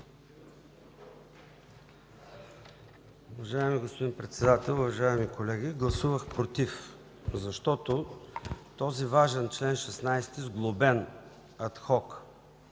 Уважаеми господин Председател, уважаеми колеги, гласувах „против”, защото този важен чл. 16, сглобен ад хок,